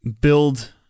build